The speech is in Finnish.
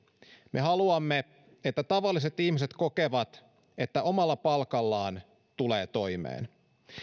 me haluamme että tavalliset ihmiset kokevat että omalla palkallaan tulee toimeen